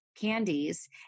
candies